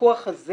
הוויכוח הזה